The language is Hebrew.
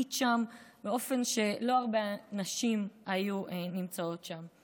היית שם באופן שלא הרבה נשים היו נמצאות שם.